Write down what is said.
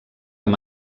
amb